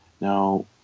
Now